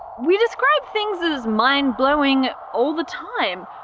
we describe things as mind-blowing all the time,